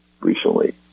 recently